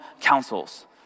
counsels